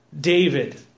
David